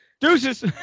deuces